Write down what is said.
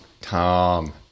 Tom